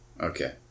Okay